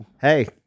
Hey